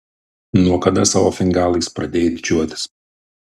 nuo kada savo fingalais pradėjai didžiuotis